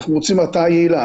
אנחנו רוצים מטרה יעילה.